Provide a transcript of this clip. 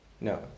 No